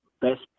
best